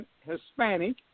Hispanic